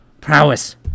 prowess